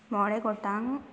ᱢᱚᱬᱮ ᱜᱚᱴᱟᱝ